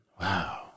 Wow